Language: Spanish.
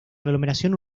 aglomeración